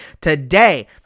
Today